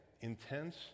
intense